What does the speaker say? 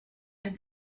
den